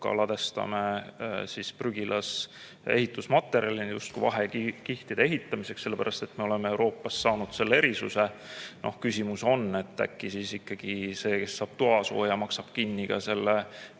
ladestame prügilas ehitusmaterjalina justkui vahekihtide ehitamiseks, sellepärast et me oleme Euroopast saanud selle erisuse. Noh, küsimus on, et äkki ikkagi see, kes saab toasooja, maksab kinni ka